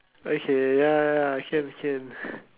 okay ya ya ya can can